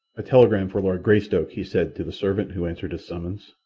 a telegram for lord greystoke, he said to the servant who answered his summons.